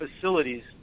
facilities